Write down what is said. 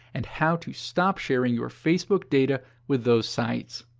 and how to stop sharing your facebook data with those sites.